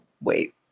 wait